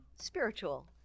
spiritual